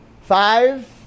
Five